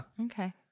Okay